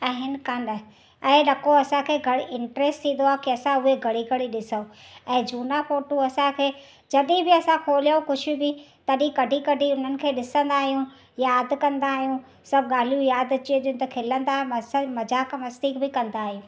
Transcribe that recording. आहिनि कान ऐं न को असांखे इंटरेस्ट थींदो आहे की असां उहे घणी घणी ॾिसूं ऐं झूना फोटू असांखे जॾहिं बि असां खोलियूं कुझु बि तॾहिं कढी कढी उन्हनि खे ॾिसंदा आहियूं यादि कंदा आहियूं सभु ॻाल्हियूं यादि अची वञनि त खिलंदा मस मज़ाक़ मस्ती बि कंदा आहियूं